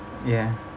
ya